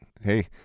hey